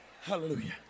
Hallelujah